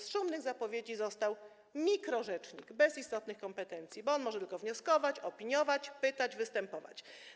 Z szumnych zapowiedzi został mikrorzecznik bez istotnych kompetencji, bo on może tylko wnioskować, opiniować, pytać, występować.